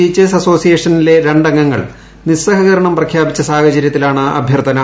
teachers അസോസിയേഷനിലെ രംഗങ്ങൾ നിസ്സഹകരണം പ്രഖ്യാപിച്ച സാഹചര്യത്തിലാണ് അഭ്യർത്ഥന